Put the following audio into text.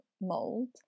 mold